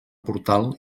portal